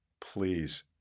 Please